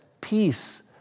peace